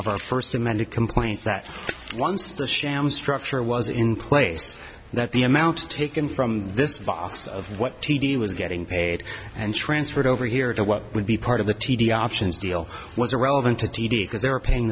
of our first amended complaint that once the sham structure was in place that the amount taken from this vos of what t d was getting paid and transferred over here to what would be part of the t d options deal was irrelevant to t d because they were paying